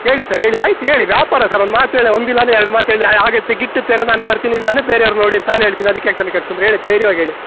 ಹೇಳಿ ಸರ್ ಹೇಳಿ ಆಯ್ತು ಹೇಳಿ ವ್ಯಾಪಾರ ಸರ್ ಒಂದು ಮಾತು ಹೇಳಿ ಒಂದಿಲ್ಲಾಂದ್ರೆ ಎರಡು ಮಾತು ಹೇಳಿ ಆಗತ್ತೆ ಗಿಟ್ಟತ್ತೆ ಅಂದರೆ ನಾನು ಬರ್ತೀನಿ ಇಲ್ಲಾಂದರೆ ಬೇರೆವರ್ನ ನೋಡಿ ಅಂತ ನಾನು ಹೇಳ್ತೀನಿ ಅದಕ್ಕೆ ಯಾಕೆ ತಲೆ ಕೆಡಿಸ್ಕೊಂತ್ರಿ ಹೇಳಿ ಧೈರ್ಯವಾಗಿ ಹೇಳಿ